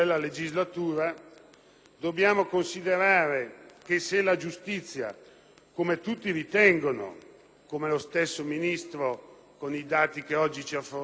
dobbiamo considerare che seppure la giustizia, come tutti ritengono (come lo stesso Ministro con i dati che oggi ci ha fornito ha confermato